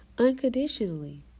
Unconditionally